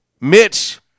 Mitch